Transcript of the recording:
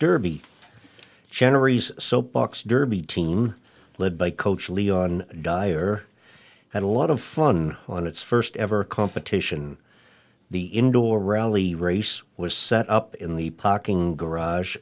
derby generous soap box derby team led by coach leon dyer had a lot of fun on its first ever competition the indoor rally race was set up in the parking garage